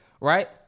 Right